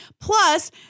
Plus